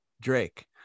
drake